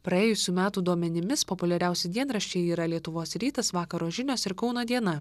praėjusių metų duomenimis populiariausi dienraščiai yra lietuvos rytas vakaro žinios ir kauno diena